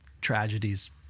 tragedies